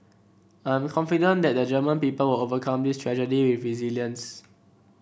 I'm confident that the German people will overcome this tragedy with resilience